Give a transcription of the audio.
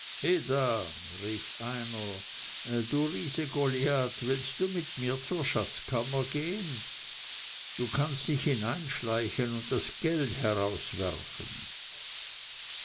riese goliath willst du mit zur schatzkammer gehen du kannst dich hineinschleichen und das geld herauswerfen